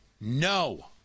...no